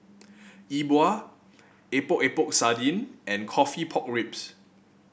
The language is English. E Bua Epok Epok Sardin and coffee Pork Ribs